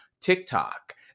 TikTok